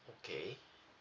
okay